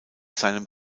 seinem